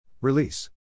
Release